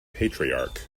patriarch